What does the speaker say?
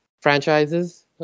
franchises